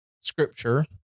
scripture